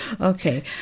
Okay